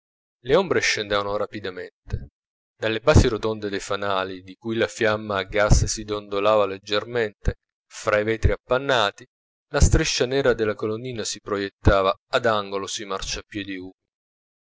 le ombre scendevano rapidamente dalle basi rotonde de fanali di cui la fiamma a gasse si dondolava leggermente fra i vetri appannati la striscia nera della colonnina si proiettava ad angolo su i marciapiedi